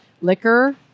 liquor